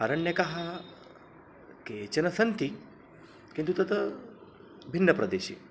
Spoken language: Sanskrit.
अरण्यकाः केचन सन्ति किन्तु तत् भिन्नप्रदेशे